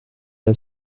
via